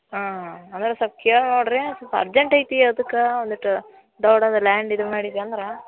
ಹಾಂ ಆಮೇಲೆ ಸ್ವಲ್ಪ ಕೇಳಿ ನೋಡಿರಿ ಸ್ವಲ್ಪ ಅರ್ಜೆಂಟ್ ಐತಿ ಅದಕ್ಕೆ ಒಂದಿಷ್ಟು ದೊಡ್ದು ಲ್ಯಾಂಡ್ ಇದು ಮಾಡಿದ್ದು ಅಂದ್ರೆ